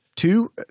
two